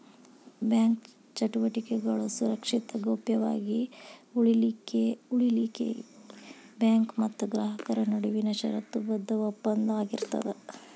bank ಚಟುವಟಿಕೆಗಳು ಸುರಕ್ಷಿತ ಗೌಪ್ಯ ವಾಗಿ ಉಳಿಲಿಖೆಉಳಿಲಿಕ್ಕೆ ಬ್ಯಾಂಕ್ ಮತ್ತ ಗ್ರಾಹಕರ ನಡುವಿನ ಷರತ್ತುಬದ್ಧ ಒಪ್ಪಂದ ಆಗಿರ್ತದ